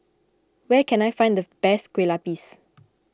where can I find the best Kue Lupis